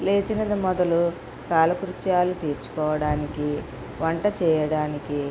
లేచినది మొదలు కాలకృత్యాలు తీర్చుకోవడానికి వంట చేయడానికి